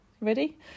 ready